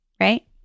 Right